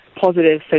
positive